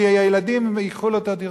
כי הילדים ייקחו לו את הדירות.